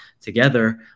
together